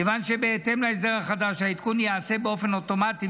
כיוון שבהתאם להסדר החדש העדכון ייעשה באופן אוטומטי,